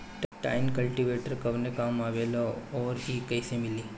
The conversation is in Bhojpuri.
टाइन कल्टीवेटर कवने काम आवेला आउर इ कैसे मिली?